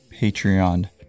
Patreon